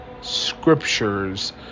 scriptures